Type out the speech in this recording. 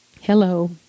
hello